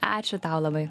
ačiū tau labai